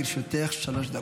בבקשה, לרשותך שלוש דקות.